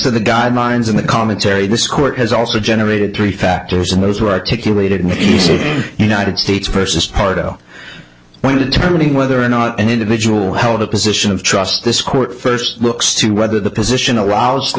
of the guidelines in the commentary this court has also generated three factors and those were articulated many sitting united states versus pardo when determining whether or not an individual held a position of trust this court first looks to whether the position allows the